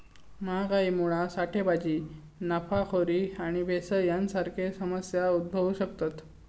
महागाईमुळा साठेबाजी, नफाखोरी आणि भेसळ यांसारखे समस्या उद्भवु शकतत